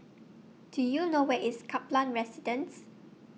Do YOU know Where IS Kaplan Residence